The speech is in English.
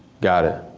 got it.